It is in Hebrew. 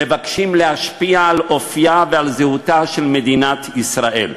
מבקשים להשפיע על אופייה ועל זהותה של מדינת ישראל.